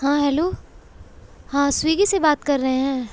ہاں ہیلو ہاں سویگی سے بات کر رہے ہیں